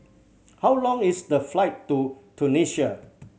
how long is the flight to Tunisia